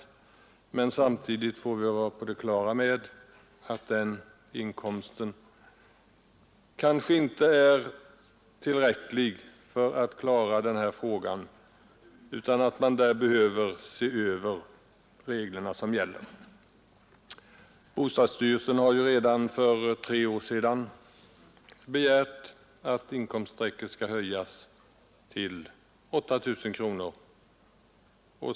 Men man måste samtidigt vara på det klara med att den inkomsten kanske inte är tillräcklig för att man skall klara sig utan förbättringslån och att de regler som gäller därför behöver ses över. Bostadsstyrelsen har redan för tre år sedan begärt att inkomststrecket skall höjas till 8 000 kronor.